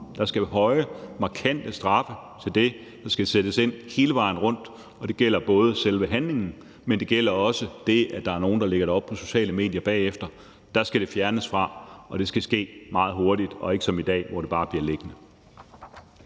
Der skal være høje, markante straffe for det, og der skal sættes ind hele vejen rundt. Det gælder både selve handlingen, men det gælder også det, at der er nogle, der bagefter lægger det op på de sociale medier. Der skal det fjernes fra, og det skal ske meget hurtigt og ikke som i dag, hvor det bare bliver liggende.